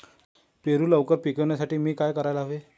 पेरू लवकर पिकवण्यासाठी मी काय करायला हवे?